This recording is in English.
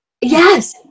Yes